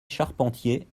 charpentier